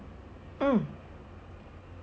mm